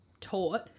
taught